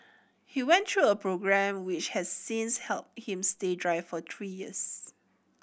he went through a programme which has since helped him stay dry for three years